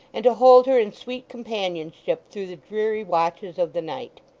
and to hold her in sweet companionship through the dreary watches of the night!